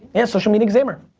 and social media examiner.